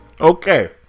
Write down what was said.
Okay